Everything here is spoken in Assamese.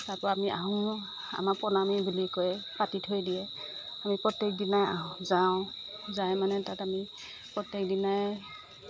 তাৰ পৰা আমি আহোম আমাৰ প্ৰণামি বুলি কয় পাতি থৈ দিয়ে আমি প্ৰত্যেক দিনাই যাওঁ যায় মানে তাত আমি প্ৰত্যেক দিনাই